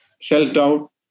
self-doubt